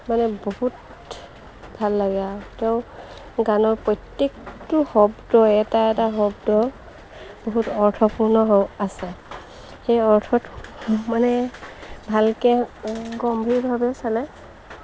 মানে বহুত ভাল লাগে আৰু তেওঁ গানৰ প্ৰত্যেকটো শব্দ এটা এটা শব্দ বহুত অৰ্থপূৰ্ণ হ আছে সেই অৰ্থত মানে ভালকৈ গম্ভীৰভাৱে চালে